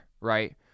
right